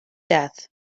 death